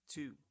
Two